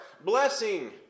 Blessing